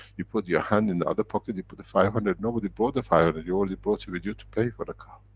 you put your hand in the other pocket, you put the five hundred. nobody brought the five hundred, you already brought it with you, to pay for the car.